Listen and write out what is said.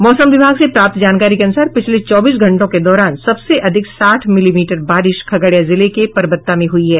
मौसम विभाग से प्राप्त जानकारी के अनुसार पिछले चौबीस घंटों के दौरान सबसे अधिक साठ मिलीमीटर बारिश खगड़िया जिले के परबत्ता में हुई है